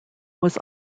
was